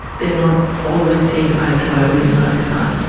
they are not always seeing eye to eye with imran khan.